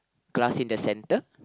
glass in the centre